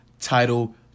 title